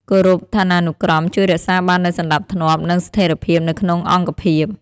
ការគោរពឋានានុក្រមជួយរក្សាបាននូវសណ្តាប់ធ្នាប់ និងស្ថិរភាពនៅក្នុងអង្គភាព។